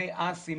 מי האסי,